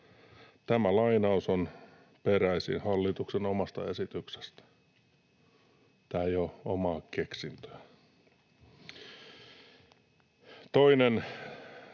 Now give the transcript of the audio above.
Tämä lainaus on peräisin hallituksen omasta esityksestä. Tämä ei ole omaa keksintöä. Toinen